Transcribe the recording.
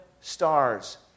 stars